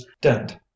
Dent